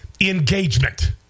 engagement